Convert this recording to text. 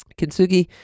Kintsugi